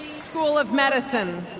school of medicine.